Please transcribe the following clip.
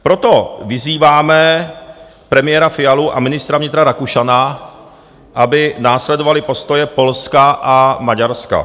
Proto vyzýváme premiéra Fialu a ministra vnitra Rakušana, aby následovali postoje Polska a Maďarska.